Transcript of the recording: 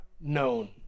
known